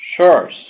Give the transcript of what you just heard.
Sure